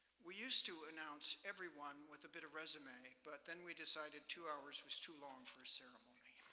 we used to announce everyone with a bit of resume, but then we decided two hours was too long for a ceremony.